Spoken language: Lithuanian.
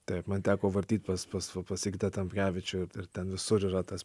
taip man teko vartyt pas pas pas sigitą tamkevičių ir ir ten visur yra tas